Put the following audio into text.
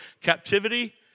captivity